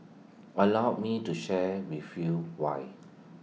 allow me to share with you why